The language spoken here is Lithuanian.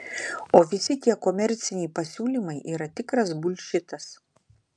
o visi tie komerciniai pasiūlymai yra tikras bulšitas